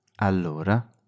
Allora